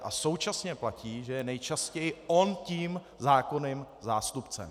A současně platí, že je nejčastěji on tím zákonným zástupcem.